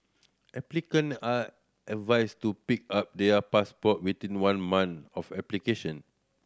applicant are advised to pick up their passport within one month of application